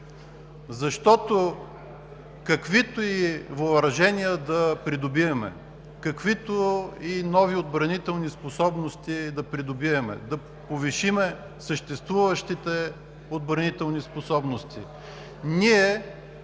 Защото, каквито и въоръжения да придобиваме, каквито и нови отбранителни способности да придобиваме, да повишим съществуващите отбранителни способности, ние